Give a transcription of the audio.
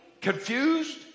confused